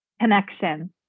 connection